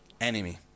enemy